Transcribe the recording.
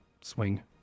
swing